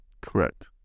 Correct